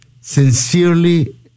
sincerely